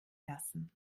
lassen